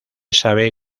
sabe